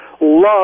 love